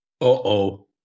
Uh-oh